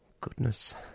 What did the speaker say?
Goodness